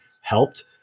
helped